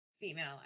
female